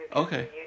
Okay